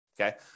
okay